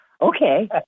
okay